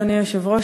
אדוני היושב-ראש,